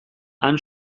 han